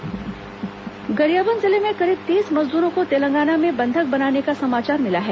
मजदूर बंधक गरियाबंद जिले के करीब तीस मजदूरो को तेलंगाना में बंधक बनाने का समाचार मिला है